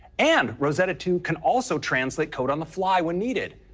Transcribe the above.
and rosetta two can also translate code on the fly when needed,